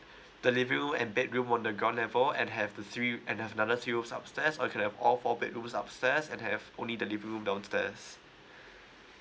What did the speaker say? the living room and bedroom on the ground level and have the three and have another three rooms upstairs or can have all four bedrooms upstairs and have only the living room downstairs